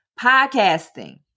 podcasting